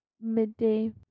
Midday